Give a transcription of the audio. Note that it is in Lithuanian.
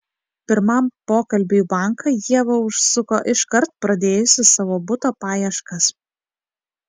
pirmam pokalbiui į banką ieva užsuko iškart pradėjusi savo buto paieškas